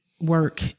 work